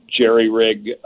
jerry-rig